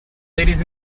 ladies